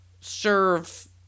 serve